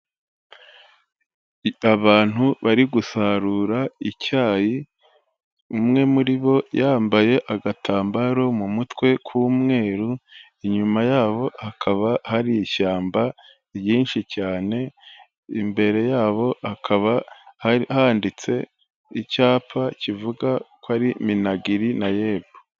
Mfite abantu bari gusarura icyayi, umwe muri bo yambaye agatambaro mu mutwe k'umweru, inyuma yabo hakaba hari ishyamba ryinshi cyane, imbere yabo hakaba handitse icyapa kivuga ko ari MINAGRI, NAEB.